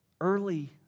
early